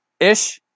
-ish